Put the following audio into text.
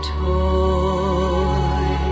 toy